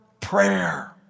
prayer